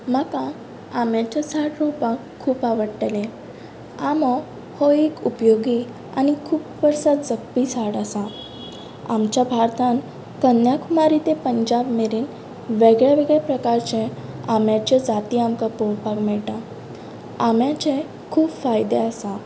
म्हाका आंब्याचे झाड रोंवपाक खूब आवडटले आंबो हो एक उपयोगी आनी खूब वर्सां जगपी झाड आसा आमच्या भारतांत कन्याकुमारी ते पंजाब मेरेन वेगवेगळे प्रकारचे आंब्याच्यो जाती आमकां पळोवपाक मेळटा आंब्याचे खूब फायदे आसात